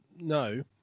No